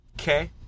okay